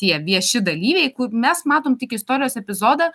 tie vieši dalyviai kur mes matom tik istorijos epizodą